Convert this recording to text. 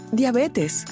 diabetes